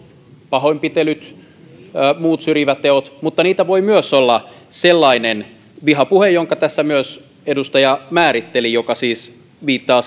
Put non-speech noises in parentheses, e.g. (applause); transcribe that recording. pahoinpitelyt muut syrjivät teot mutta niitä voi myös olla sellainen vihapuhe jonka tässä myös edustaja määritteli joka siis viittaa (unintelligible)